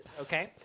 Okay